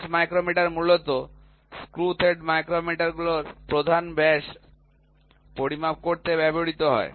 bench micrometer মূলত screw thread গুলোর প্রধান ব্যাস পরিমাপ করতে ব্যবহৃত হয়